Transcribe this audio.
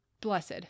blessed